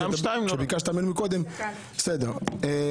בסדר.